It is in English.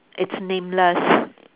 it's nameless